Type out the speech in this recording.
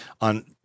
on